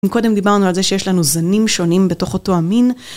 אם קודם דיברנו על זה שיש לנו זנים שונים בתוך אותו המין.